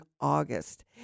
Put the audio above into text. August